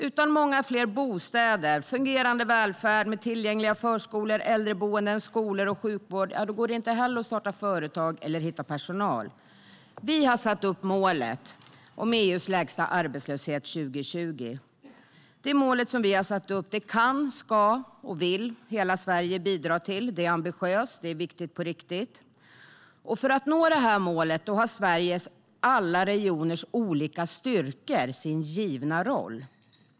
Utan många fler bostäder och fungerande välfärd med tillgängliga förskolor, äldreboenden, skolor och sjukvård går det inte heller att starta företag eller hitta personal. Vi har satt upp målet om EU:s lägsta arbetslöshet 2020. Det mål som vi har satt upp kan, ska och vill hela Sverige bidra till. Det är ambitiöst, och det är viktigt på riktigt. För att nå detta mål har Sveriges alla regioners olika styrkor sin givna roll.